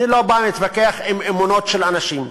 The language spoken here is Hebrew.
אני לא בא להתווכח עם אמונות של אנשים.